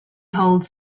holds